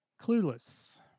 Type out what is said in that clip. Clueless